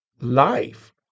life